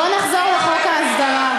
בוא נחזור לחוק ההסדרה.